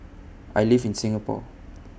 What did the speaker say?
I live in Singapore